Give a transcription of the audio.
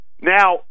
Now